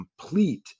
complete